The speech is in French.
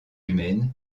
humaines